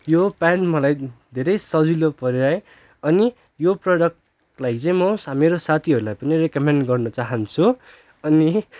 यो प्यान्ट मलाई धेरै सजिलो पर्यो है अनि यो प्रडक्टलाई चाहिँ म मेरो साथीहरूलाई रिकमेन्ड गर्न चाहन्छु अनि